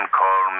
call